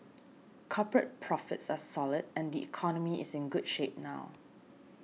corporate profits are solid and the economy is in good shape now